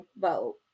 vote